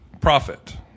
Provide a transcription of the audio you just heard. Profit